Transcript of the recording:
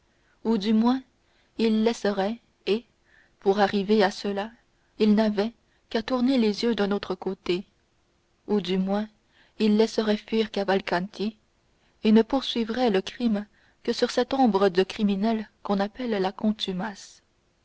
ou du moins il laisserait et pour arriver à cela il n'avait qu'à tourner les yeux d'un autre côté ou du moins il laisserait fuir cavalcanti et ne poursuivrait le crime que sur cette ombre de criminel qu'on appelle la contumace